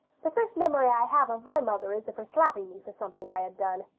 the first memory i have of my mother is of her slapping me for something i had done.